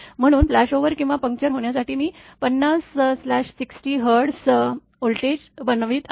म्हणूनच फ्लॅशओव्हर किंवा पंचर होण्यासाठी मी 50 स्लॅश 60 हर्ट्ज व्होल्टेज बनवित आहे